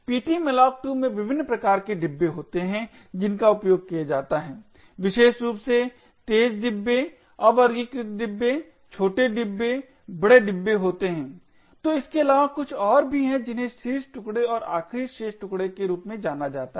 Ptmalloc2 में विभिन्न प्रकार के डिब्बे होते हैं जिनका उपयोग किया जाता है विशेष रूप से तेज डिब्बे अवर्गीकृत डिब्बे छोटे डिब्बे बड़े डिब्बे होते हैं तो इसके अलावा कुछ और भी हैं जिन्हें शीर्ष टुकडे और आखिरी शेष टुकडे के रूप में जाना जाता है